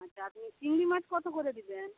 আচ্ছা আপনি চিংড়ি মাছ কত করে দেবেন